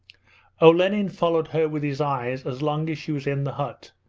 olenin followed her with his eyes as long as she was in the hut,